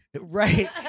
Right